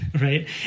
Right